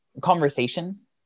conversation